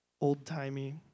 old-timey